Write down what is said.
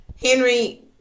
Henry